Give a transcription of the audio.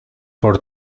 por